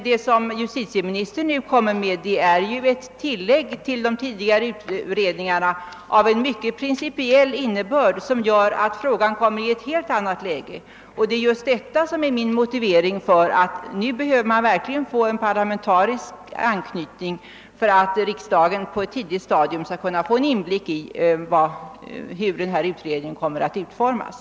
Det som justitieministern nu föreslår är emellertid ett tillägg till de tidigare utredningarna av principiell innebörd, varigenom frågan kommer i ett helt annat läge. Detta är min motivering för kravet på en parlamentarisk anknytning, så att riksdagen på ett tidigt stadium får en inblick i hur utredningen utformas.